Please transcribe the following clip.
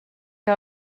que